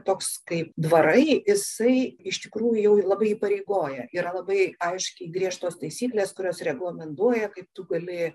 toks kaip dvarai jisai iš tikrųjų labai įpareigoja yra labai aiškiai griežtos taisyklės kurios reglamentuoja kaip tu gali